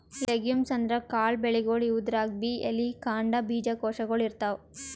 legumes ಅಂದ್ರ ಕಾಳ್ ಬೆಳಿಗೊಳ್, ಇವುದ್ರಾಗ್ಬಿ ಎಲಿ, ಕಾಂಡ, ಬೀಜಕೋಶಗೊಳ್ ಇರ್ತವ್